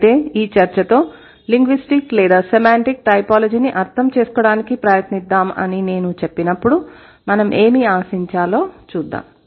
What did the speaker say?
అయితే ఈ చర్చతో లింగ్విస్టిక్ లేదా సెమాంటిక్ టైపోలాజీని అర్థం చేసుకోవడానికి ప్రయత్నిద్దాం అని నేను చెప్పినప్పుడు మనం ఏమి ఆశించాలో చూద్దాం